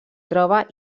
troba